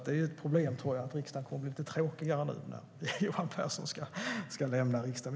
Det är ett problem att riksdagen kommer att bli lite tråkigare när Johan Pehrson lämnar riksdagen.